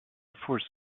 force